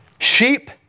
Sheep